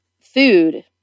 food